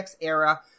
era